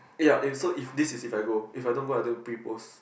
ya is so if this is if I go if I don't go I'll do pre-post